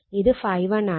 ഇത് ∅1ആണ്